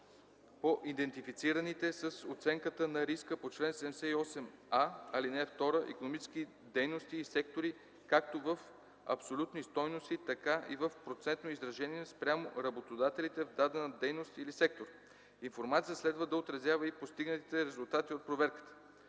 по идентифицираните с оценката на риска по чл. 78а, ал. 2 икономически дейности и сектори както в абсолютни стойности, така и в процентно изражение спрямо работодателите в дадената дейност или сектор. Информацията следва да отразява и постигнатите резултати от проверките.